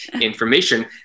information